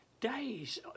days